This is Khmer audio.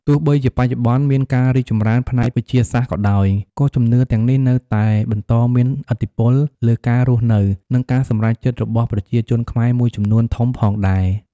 ទោះបីជាបច្ចុប្បន្នមានការរីកចម្រើនផ្នែកវិទ្យាសាស្ត្រក៏ដោយ ក៏ជំនឿទាំងនេះនៅតែបន្តមានឥទ្ធិពលលើការរស់នៅ និងការសម្រេចចិត្តរបស់ប្រជាជនខ្មែរមួយចំនួនធំផងដែរ។